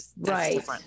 Right